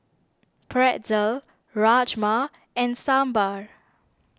Pretzel Rajma and Sambar